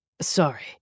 Sorry